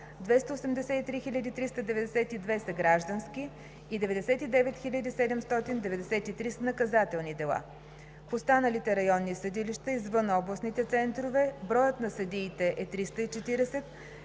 283 392 са граждански и 99 793 са наказателни дела. В останалите районни съдилища, извън областните центрове, броят на съдиите е 340,